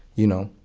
you know,